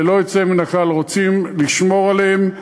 ללא יוצא מן הכלל, רוצים לשמור עליהם,